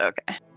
Okay